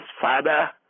Father